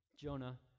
Jonah